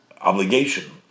obligation